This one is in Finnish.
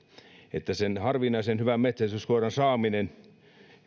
sen harvinaisen hyvän metsästyskoiran saaminen ja